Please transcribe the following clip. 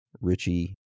Richie